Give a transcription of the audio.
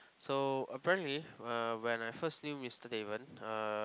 so apparently uh when I first knew Mister Daven uh